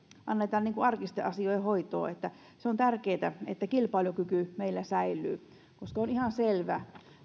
anneta arkisten asioiden hoitoon se on tärkeätä että kilpailukyky meillä säilyy koska on ihan selvää